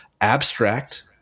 Abstract